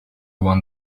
one